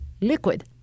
liquid